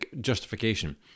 justification